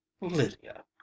Lydia